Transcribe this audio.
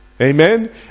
Amen